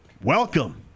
Welcome